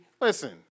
Listen